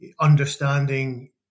understanding